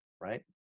right